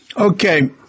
Okay